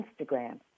Instagram